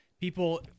people